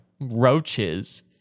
roaches